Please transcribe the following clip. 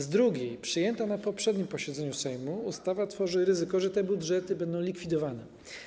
Z drugiej strony przyjęta na poprzednim posiedzeniu Sejmu ustawa tworzy ryzyko, że te budżety będą likwidowane.